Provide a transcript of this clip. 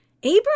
Abram